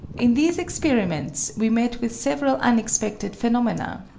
in these experiments we met with several unexpected phenomena.